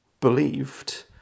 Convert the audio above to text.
believed